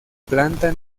planta